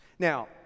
Now